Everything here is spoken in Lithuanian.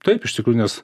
taip iš tikrųjų nes